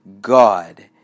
God